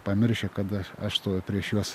pamiršę kada aš stoviu prieš juos